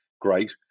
great